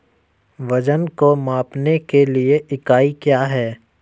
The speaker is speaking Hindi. वजन को मापने के लिए इकाई क्या है?